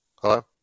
Hello